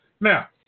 Now